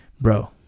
bro